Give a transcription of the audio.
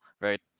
right